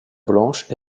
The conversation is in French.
blanche